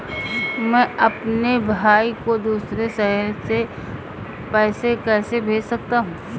मैं अपने भाई को दूसरे शहर से पैसे कैसे भेज सकता हूँ?